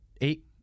eight